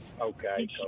Okay